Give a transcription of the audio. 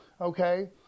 okay